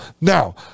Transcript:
Now